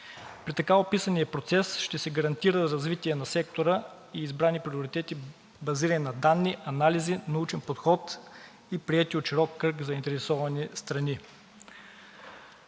При така описания процес ще се гарантира развитие на сектора и избрани приоритети, базирани на данни, анализи, научен подход и приети от широк кръг заинтересовани страни.